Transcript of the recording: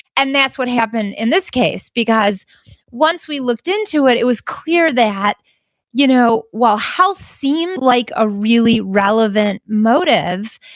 and that's what happened in this case, because once we looked into it, it was clear that you know while health seemed like a really relevant motive,